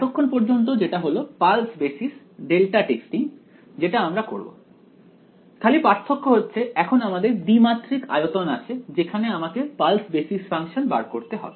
এতক্ষণ পর্যন্ত যেটা হলো পালস বেসিস ডেল্টা টেস্টিং যেটা আমরা করব খালি পার্থক্য হচ্ছে এখন আমাদের দ্বিমাত্রিক আয়তন আছে যেখানে আমাকে পালস বেসিস ফাংশন বার করতে হবে